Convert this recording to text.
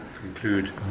conclude